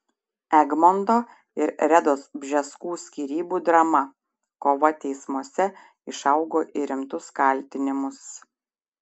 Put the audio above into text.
egmonto ir redos bžeskų skyrybų drama kova teismuose išaugo į rimtus kaltinimus